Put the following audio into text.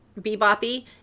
beboppy